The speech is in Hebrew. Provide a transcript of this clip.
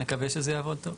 מקווה שזה יעבוד טוב.